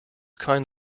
kind